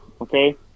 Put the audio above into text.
okay